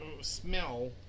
smell